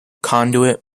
conduit